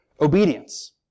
obedience